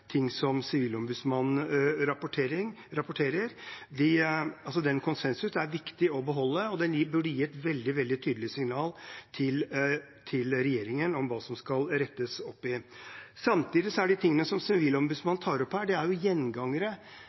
rapporterer om. Den konsensusen er det viktig å beholde, og den burde sende et veldig tydelig signal til regjeringen om hva som skal rettes opp i. Samtidig er det som Sivilombudsmannen tar opp her,